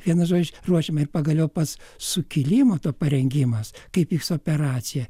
vienu žodžiu ruošiame ir pagaliau pats sukilimo to parengimas kaip vyks operacija